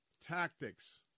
tactics